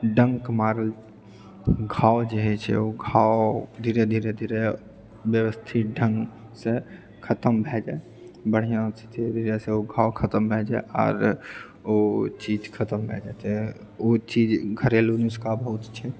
डङ्क मारल घाव जे होइत छै ओ घाव धीरे धीरे धीरे व्यवस्थित ढ़ङ्गसँ खतम भए जाइत बढ़िआँसँ जैसे ओ घाव खतम भए जाए आर ओ चीज खतम भए जाइत छै ओ चीज घरेलु नुस्खा बहुत छै